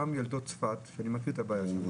גם ילדות צפת שאני מכיר את הבעיה שם